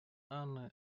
анны